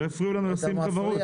שלא יפריעו לנו לשים כוורות.